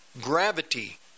gravity